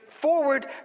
forward